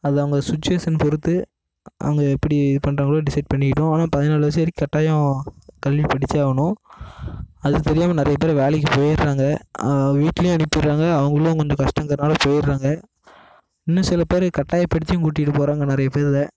அது அவங்க சுச்சுவேஷன் பொறுத்து அவங்க எப்படி பண்ணுறாங்களோ டிசைட் பண்ணிக்கட்டும் ஆனால் பதினாலு வயசு வரைக் கட்டாயம் கல்வி படிச்சே ஆகணும் அது தெரியாமல் நிறைய பேர் வேலைக்கு போயிடுறாங்க வீட்லையும் அனுப்பிடுறாங்க அவங்களும் கொஞ்சம் கஷ்டங்கிறனால போயிடுறாங்க இன்னும் சில பேர் கட்டாயப்படுத்தியும் கூட்டிகிட்டு போகறாங்க நிறைய பேரை